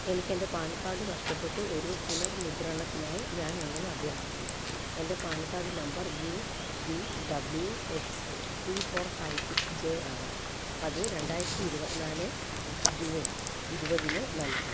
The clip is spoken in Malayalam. എനിക്കെൻ്റെ പാൻ കാർഡ് നഷ്ടപ്പെട്ടു ഒരു പുനർമുദ്രണത്തിനായി ഞാനെങ്ങനെ അഭ്യർത്ഥിക്കും എൻ്റെ PAN card number U V W X three four five six J ആണ് അത് രണ്ടായിരത്തി ഇരുപത് നാല് ജൂൺ ഇരുപതിന് നൽകി